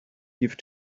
give